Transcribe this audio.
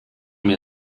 mir